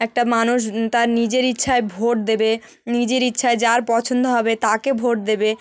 একটা মানুষ তার নিজের ইচ্ছায় ভোট দেবে নিজের ইচ্ছায় যার পছন্দ হবে তাকে ভোট দেবে